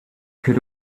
could